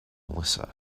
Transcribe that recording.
melissa